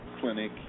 clinic